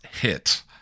hit